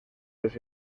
los